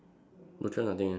butcher nothing leh